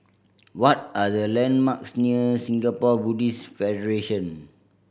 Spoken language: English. what are the landmarks near Singapore Buddhist Federation